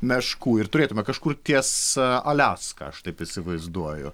meškų ir turėtume kažkur ties aliaska aš taip įsivaizduoju